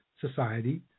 society